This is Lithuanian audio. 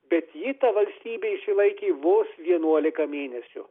bet ji ta valstybė išsilaikė vos vienuolika mėnesių